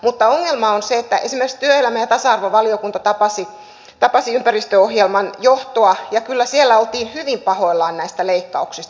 mutta ohjelma on se että ensi esimerkiksi työelämä ja tasa arvovaliokunta tapasi ympäristöohjelman johtoa ja kyllä siellä oltiin hyvin pahoillaan näistä leikkauksista